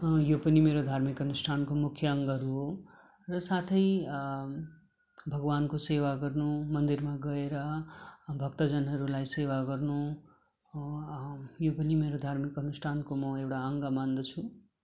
यो पनि मेरो धार्मिक अनुष्ठानको मुख्य अङ्गहरू हो र साथै भगवान्को सेवा गर्नु मन्दिरमा गएर भक्तजनहरूलाई सेवा गर्नु यो पनि मेरो धार्मिक अनुष्ठानको म एउटा अङ्ग मान्दछु